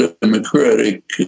democratic